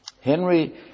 Henry